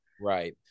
Right